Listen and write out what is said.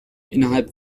innerhalb